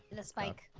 the spike